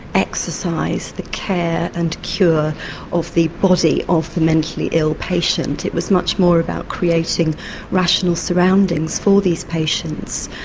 exercise, the care and cure of the body of the mentally ill patient, it was much more about creating rational surroundings for these patients,